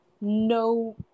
no